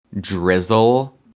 drizzle